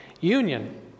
union